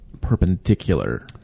perpendicular